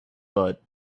but